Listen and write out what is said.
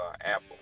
Apple